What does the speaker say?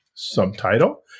subtitle